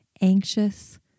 anxious